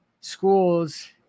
schools